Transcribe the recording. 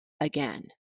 again